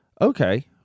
Okay